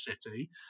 city